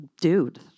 Dude